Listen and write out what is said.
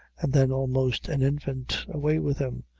then almost an infant, away with him,